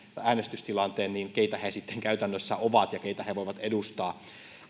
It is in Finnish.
äänestystilanteen sitten käytännössä ovat ja keitä he voivat edustaa